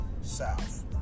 south